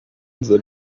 that